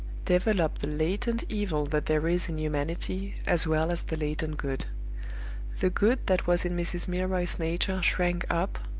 develop the latent evil that there is in humanity, as well as the latent good the good that was in mrs. milroy's nature shrank up,